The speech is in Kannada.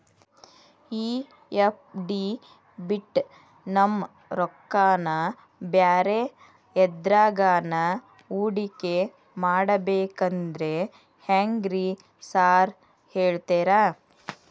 ಈ ಎಫ್.ಡಿ ಬಿಟ್ ನಮ್ ರೊಕ್ಕನಾ ಬ್ಯಾರೆ ಎದ್ರಾಗಾನ ಹೂಡಿಕೆ ಮಾಡಬೇಕಂದ್ರೆ ಹೆಂಗ್ರಿ ಸಾರ್ ಹೇಳ್ತೇರಾ?